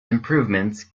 improvements